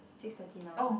six thirty now ah